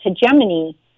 hegemony